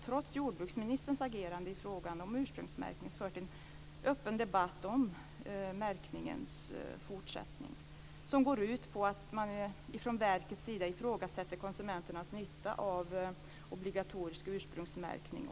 Trots jordbruksministerns agerande i frågan om ursprungsmärkning har Livsmedelsverket fört en öppen debatt om märkning som går ut på att man från verket ifrågasätter konsumenternas nytta av obligatorisk ursprungsmärkning.